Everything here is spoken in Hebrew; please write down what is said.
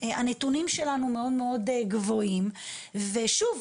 הנתונים שלנו מאוד מאוד גבוהים, ושוב,